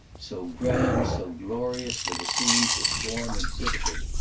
so grand, so glorious were the scenes a storm exhibited.